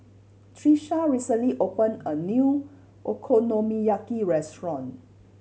Tisha recently opened a new Okonomiyaki restaurant